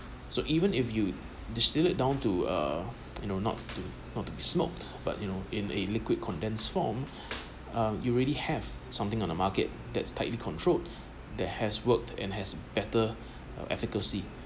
so even if you distill it down to uh you know not to not to be smoked but you know in a liquid condensed form uh you really have something on the market that's tightly controlled that has worked and has better uh efficacy